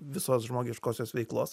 visos žmogiškosios veiklos